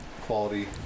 quality